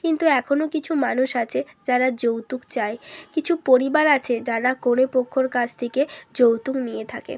কিন্তু এখনো কিছু মানুষ আছে যারা যৌতুক চায় কিছু পরিবার আছে যারা কোনো পক্ষর কাছ থেকে যৌতুক নিয়ে থাকে